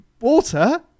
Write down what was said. Water